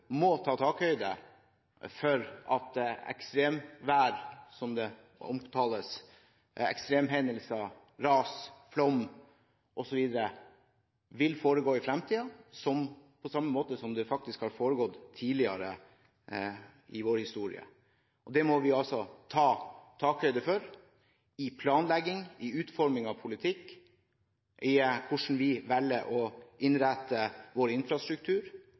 må ta høyde for at ekstremvær, som det omtales som – ekstremhendelser, ras, flom osv. – vil forekomme i fremtiden, på samme måte som det faktisk har foregått tidligere i vår historie. Det må vi ta høyde for i planlegging, i utforming av politikk og i hvordan vi velger å innrette vår infrastruktur